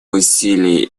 усилия